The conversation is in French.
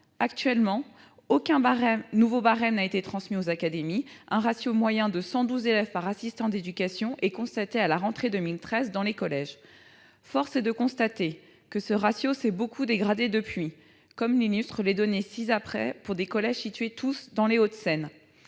Actuellement, aucun nouveau barème n'a été transmis aux académies. Un ratio moyen de 112 élèves par assistant d'éducation est constaté à la rentrée 2013 dans les collèges. » Force est de constater que ce ratio s'est beaucoup dégradé depuis lors, comme l'illustrent les données ci-après pour des collèges tous situés dans les Hauts-de-Seine